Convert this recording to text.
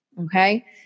Okay